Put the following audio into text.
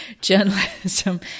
journalism